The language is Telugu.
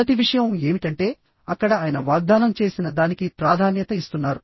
మొదటి విషయం ఏమిటంటే అక్కడ ఆయన వాగ్దానం చేసిన దానికి ప్రాధాన్యత ఇస్తున్నారు